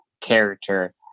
character